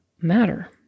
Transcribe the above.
matter